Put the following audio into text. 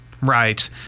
right